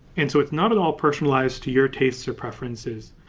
and so it's not at all personalized to your tastes or preferences.